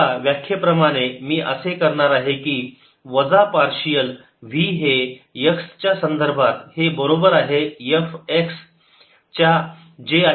आता व्याख्येप्रमाणे मी असे करणार आहे की वजा पार्शियल v हे x च्या संदर्भात हे बरोबर आहे F x च्या जे आहे 2 x y z